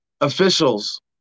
Officials